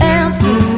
answer